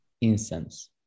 incense